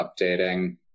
updating